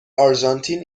آرژانتین